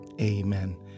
Amen